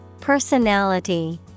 Personality